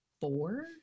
four